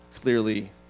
clearly